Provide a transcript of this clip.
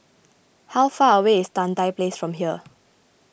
how far away is Tan Tye Place from here